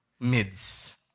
Mids